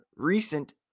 Recent